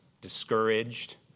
discouraged